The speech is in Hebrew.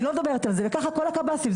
וככה כל הקב"סים.